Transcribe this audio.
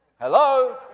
Hello